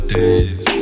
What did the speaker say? days